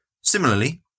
Similarly